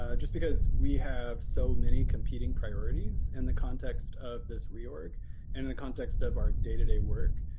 ah just because we have so many competing priorities in the context of this re-org and in the context of our day to day work.